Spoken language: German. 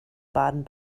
baden